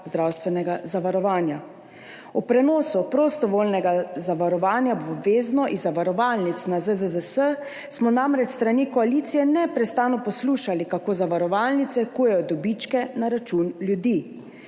zdravstvenega zavarovanja. Ob prenosu prostovoljnega zavarovanja na obvezno iz zavarovalnic na ZZZS smo namreč s strani koalicije neprestano poslušali, kako zavarovalnice kujejo dobičke na račun ljudi.